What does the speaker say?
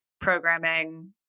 programming